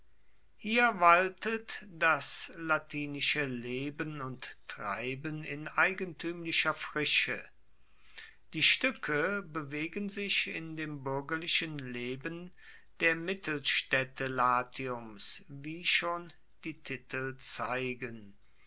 hier waltet das latinische leben und treiben in eigentuemlicher frische die stuecke bewegen sich in dem buergerlichen leben der mittelstaedte latiums wie schon die titel zeigen